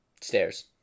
Stairs